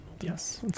Yes